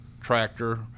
tractor